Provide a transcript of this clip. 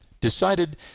decided